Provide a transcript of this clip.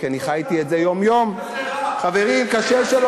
אם כל כך טוב,